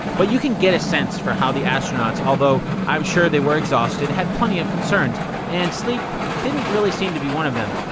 but you can get a sense for how the astronauts, although i'm sure they were exhausted, had plenty of concerns and sleep didn't really seem to be one of them.